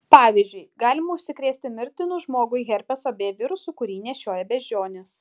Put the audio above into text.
pavyzdžiui galima užsikrėsti mirtinu žmogui herpeso b virusu kurį nešioja beždžionės